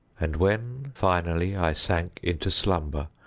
and when, finally, i sank into slumber,